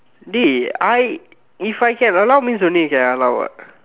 dey I if I can allow means then you can allow what